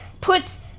puts